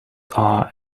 are